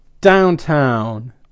downtown